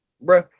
Bro